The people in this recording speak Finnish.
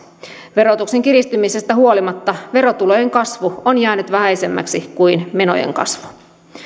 verotuksen kiristymisestä huolimatta verotulojen kasvu on jäänyt vähäisemmäksi kuin menojen kasvu